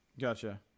Gotcha